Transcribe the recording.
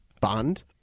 Bond